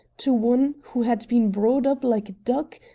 to one who had been brought up like a duck,